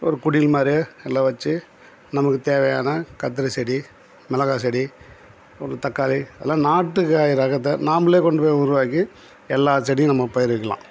ஒரு குடில் மாதிரி எல்லாம் வெச்சு நமக்கு தேவையான கத்திரி செடி மிளகாய் செடி ஒரு தக்காளி அதெலாம் நாட்டு காய் ரகத்தை நாம்பளே கொண்டு போய் உருவாக்கி எல்லா செடியும் நம்ம பயிருக்கெலாம்